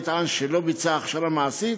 נטען שלא ביצע הכשרה מעשית,